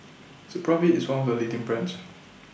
Supravit IS one of The leading brands